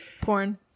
porn